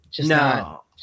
No